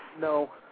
No